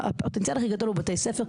הפוטנציאל הכי גדול הוא בתי ספר,